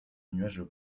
nuages